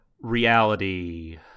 reality